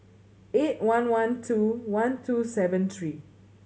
eight one one two one two seven three